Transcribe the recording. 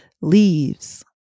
leaves